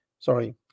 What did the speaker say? Sorry